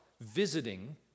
visiting